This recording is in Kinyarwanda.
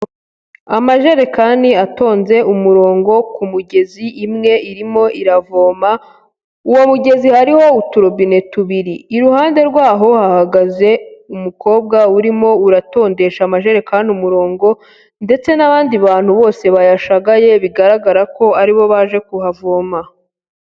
Amajerekani atonze umurongo ku mugezi imwe irimo iravoma, uwo mugezi hariho uturubine tubiri. Iruhande rwaho hahagaze umukobwa urimo uratondesha amajerekani umurongo, ndetse n'abandi bantu bose bayashagaye bigaragara ko ari bo baje kuhavoma.